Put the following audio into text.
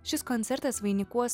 šis koncertas vainikuos